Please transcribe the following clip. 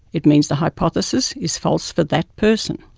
it means the hypothesis is false for that person.